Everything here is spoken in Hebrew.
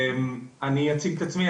אני אציג את עצמי,